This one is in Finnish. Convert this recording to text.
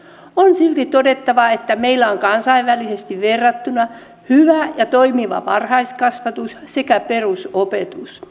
on silti todettava että meillä on kansainvälisesti verrattuna hyvä ja toimiva varhaiskasvatus sekä perusopetus